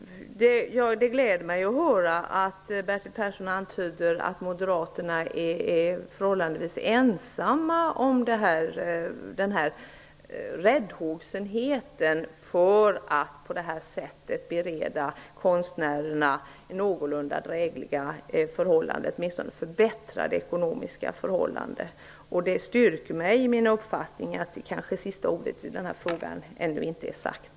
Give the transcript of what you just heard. Det gläder mig att höra att Bertil Persson antyder att moderaterna är förhållandevis ensamma om att hysa räddhågsenhet inför att på detta sätt bereda konstnärerna någorlunda drägliga eller åtminstone förbättrade ekonomiska förhållanden. Det stärker min uppfattning att sista ordet i denna fråga ännu inte är sagt.